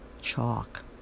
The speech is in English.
chalk